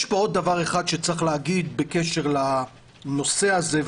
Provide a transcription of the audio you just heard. יש עוד דבר אחד שצריך להגיד בנושא הזה,